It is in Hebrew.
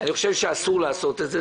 אני חושב שאסור לעשות את זה,